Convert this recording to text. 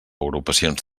agrupacions